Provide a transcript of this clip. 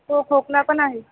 हो खोकला पण आहे